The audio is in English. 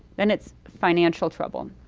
then it's financial trouble.